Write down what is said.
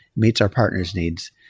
meet our partners' needs,